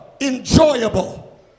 enjoyable